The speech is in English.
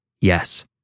Yes